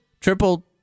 triple